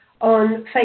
on